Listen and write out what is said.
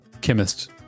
chemist